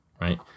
right